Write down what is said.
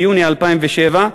ביוני 2007,